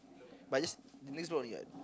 but just the next block only what